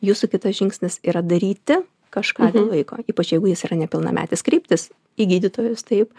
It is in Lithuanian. jūsų kitas žingsnis yra daryti kažką dėl vaiko ypač jeigu jis yra nepilnametis kreiptis į gydytojus taip